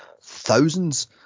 thousands